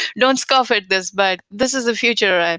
don't scoff at this, but this is a future. and